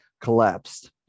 Collapsed